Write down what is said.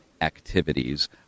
activities